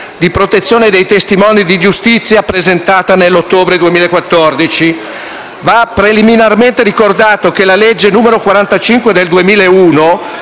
di protezione dei testimoni di giustizia, presentata nell'ottobre 2014. Va preliminarmente ricordato che la legge n. 45 del 2001,